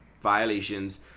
violations